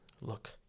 Look